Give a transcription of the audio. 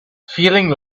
feeling